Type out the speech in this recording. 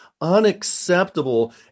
unacceptable